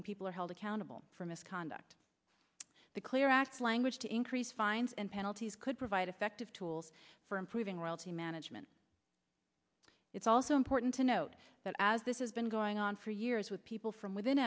when people are held accountable for misconduct the clear act language to increase fines and penalties could provide effective tools for improving realty management it's also important to note that as this has been going on for years with people from within